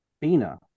bina